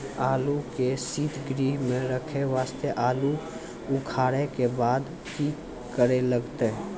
आलू के सीतगृह मे रखे वास्ते आलू उखारे के बाद की करे लगतै?